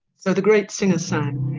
so the great singer sang,